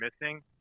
missing